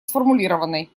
сформулированной